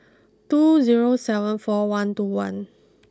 two zero seven four one two one